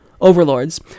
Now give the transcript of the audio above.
overlords